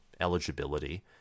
eligibility